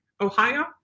Ohio